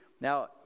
Now